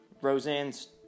Roseanne's